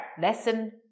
lesson